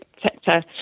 sector